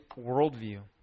worldview